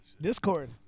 Discord